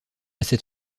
cet